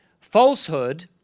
Falsehood